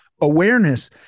awareness